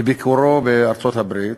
בביקורו בארצות-הברית,